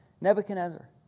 Nebuchadnezzar